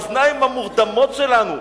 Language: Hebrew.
לאוזניים המורדמות שלנו,